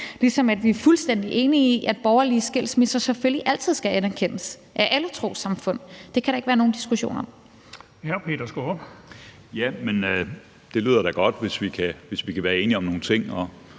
ligesom vi er fuldstændig enig i, at borgerlige skilsmisser selvfølgelig altid skal anerkendes af alle trossamfund. Det kan der ikke være nogen diskussion om. Kl. 12:25 Den fg. formand (Erling Bonnesen): Hr. Peter